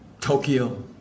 Tokyo